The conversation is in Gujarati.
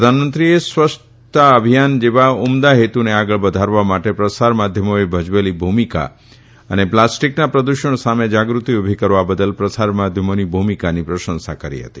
પ્રધાનમંત્રીએ સ્વચ્છતા અભિયાન જેવા ઉમદા હેતુને આગળ વધારવા માટે પ્રસાર માધ્યમોએ ભજવેલી ભૂમિકા અને પ્લાસ્ટીકના પ્રદુષણ સામે જાગૃતિ ઉભી કરવા બદલ પ્રસાર માધ્યમોની ભૂમિકાની પ્રશંસા કરી હતી